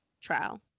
trial